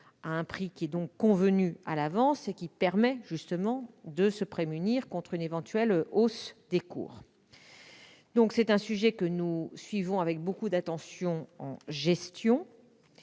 à un prix convenu à l'avance, ce qui permet de se prémunir contre une éventuelle hausse des cours. C'est donc un sujet que nous suivons avec beaucoup d'attention en gestion.